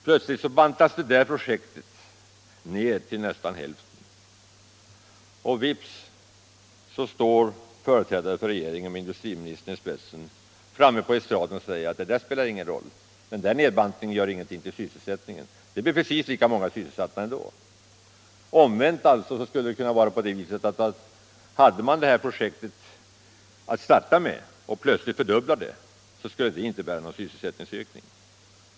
Plötsligt bantas detta projekt ned till nästan hälften, och vips står företrädare för regeringen med industriministern i spetsen uppe på estraden och säger att detta spelar ingen roll. Nedbantningen inverkar nämligen inte på sysselsättningen. Det blir precis lika många sysselsatta ändå. Omvänt skulle det alltså kunna vara så att om man hade detta projekt att starta med och plötsligt fördubblade det, skulle det inte innebära någon ytterligare sysselsättningsökning.